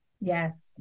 Yes